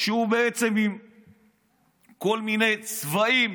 עם כל מיני צבעים,